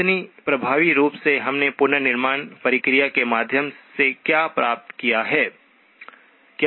इतनी प्रभावी रूप से हमने पुनर्निर्माण प्रक्रिया के माध्यम से क्या प्राप्त किया है है